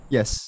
Yes